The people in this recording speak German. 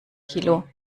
kilo